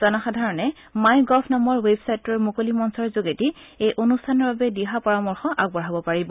জনসাধাৰণে My Gov নামৰ ৱেবছাইটোৰ মুকলি মঞ্চৰ যোগেদি এই অনুষ্ঠানৰ বাবে দিহা পৰামৰ্শ আগবঢ়াব পাৰিব